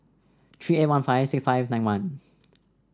three eight one five six five nine one